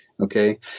Okay